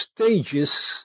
stages